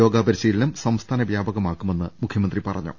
യോഗാ പരിശീലനം സംസ്ഥാന വൃാപകമാക്കുമെന്ന് മുഖൃമന്ത്രി പറഞ്ഞു